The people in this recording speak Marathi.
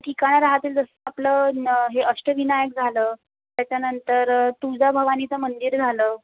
ठिकाणं राहतील जसं आपलं हे अष्टविनायक झालं त्याच्यानंतर तुळजाभवानीचं मंदिर झालं